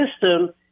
system